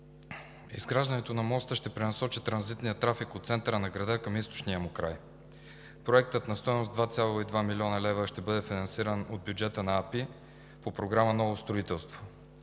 Изграждането на моста ще пренасочи транзитния трафик от центъра на града към източния му край. Проектът на стойност 2,2 млн. лв. ще бъде финансиран от бюджета на АПИ по Програма „Ново строителство“.